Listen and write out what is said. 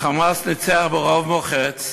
ה"חמאס" ניצח ברוב מוחץ,